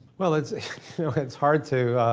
well, it's it's hard to